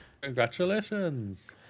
Congratulations